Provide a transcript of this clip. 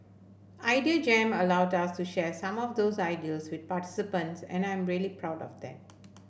Idea Jam allowed us to share some of those ideals with participants and I'm really proud of that